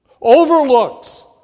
overlooks